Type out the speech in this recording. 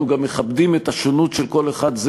אנחנו גם מכבדים את השונות של כל אחד זה